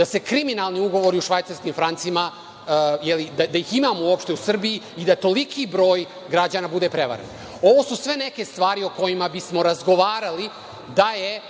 da se kriminalni ugovori u švajcarskim francima ili da ih imamo u Srbiji i da toliki broj građana bude prevaren. Ovo su sve neke stvari o kojima bismo razgovarali da je